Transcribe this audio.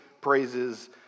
praises